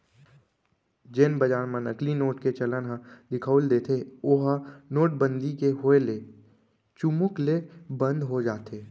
जेन बजार म नकली नोट के चलन ह दिखउल देथे ओहा नोटबंदी के होय ले चुमुक ले बंद हो जाथे